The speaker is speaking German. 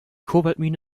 kobaltmine